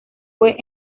fue